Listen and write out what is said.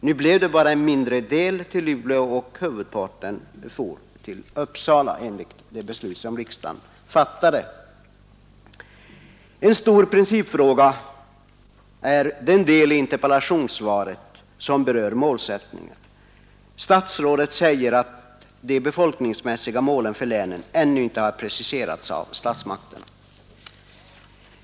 Nu blev det bara en mindre del av SGU som kommer dit, medan huvudparten flyttas till Uppsala. En stor principfråga är den del i interpellationssvaret som berör den regionalpolitiska målsättningen. Statsrådet säger att de befolkningsmässiga målen för länet ännu inte har preciserats av statsmakterna. Detta är beklagligt.